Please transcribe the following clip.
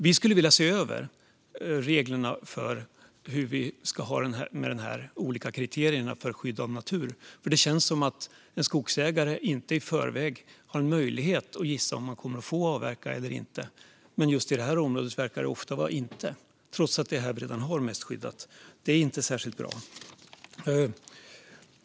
Vi skulle vilja se över reglerna för hur vi ska ha det med de olika kriterierna för skydd av natur, för det känns som att en skogsägare inte i förväg har möjlighet att gissa om han kommer att få avverka eller inte. Just i det här området verkar det ofta vara så att man inte får det, trots att det är där vi redan har mest skyddat. Det är inte särskilt bra.